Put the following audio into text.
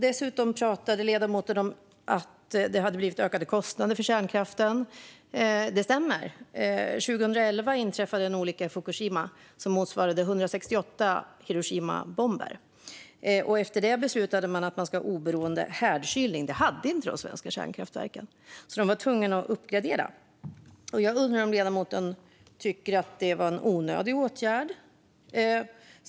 Dessutom talade ledamoten om att det hade blivit ökade kostnader för kärnkraften. Det stämmer. År 2011 inträffade en olycka i Fukushima som motsvarade 168 Hiroshimabomber. Efter det beslutade man att man skulle ha oberoende härdkylning. Det hade inte de svenska kärnkraftverken, så de var tvungna att uppgradera. Jag undrar om ledamoten tycker att det var en onödig åtgärd.